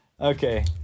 Okay